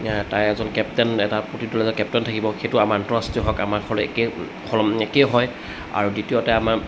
তাৰে এজন কেপ্টেইন এটা প্ৰতিটোত এজন কেপ্টেইন থাকিব সেইটো আমাৰ আন্তঃৰাষ্ট্ৰীয় হওক আমাৰ একেই একেই হয় আৰু দ্বিতীয়তে আমাৰ